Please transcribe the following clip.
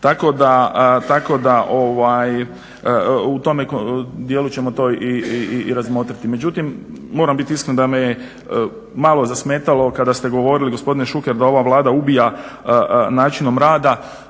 Tako da u tome dijelu ćemo to i razmotriti. Međutim moram biti iskren da me je malo zasmetalo kada ste govorili gospodine Šuker da ova Vlada ubija načinom rada,